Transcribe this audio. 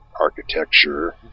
architecture